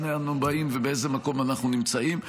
אז אנה אנו באים ובאיזה מקום אנחנו נמצאים?